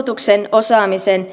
osaamisen